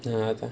ya